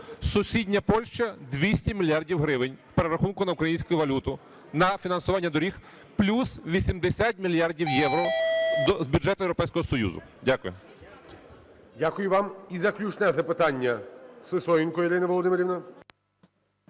Сусідня Польща: 200 мільярдів гривень в перерахунку на українську валюту на фінансування доріг плюс 80 мільярдів євро з бюджету Європейського Союзу. Дякую. ГОЛОВУЮЧИЙ. Дякую вам. І заключне запитання. Сисоєнко Ірина Володимирівна.